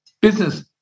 Business